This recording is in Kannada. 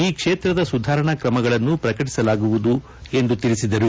ಈ ಕ್ಷೇತ್ರದ ಸುಧಾರಣಾ ಕ್ರಮಗಳನ್ನು ಪ್ರಕಟಿಸಲಾಗುವುದು ಎಂದರು